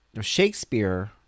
shakespeare